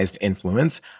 influence